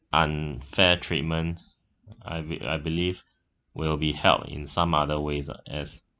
unfair treatment I be~ I believe will be held in some other ways lah as